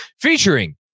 featuring